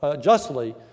justly